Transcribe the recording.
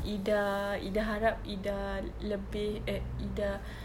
ida ida harap ida lebih err ida